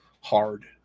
hard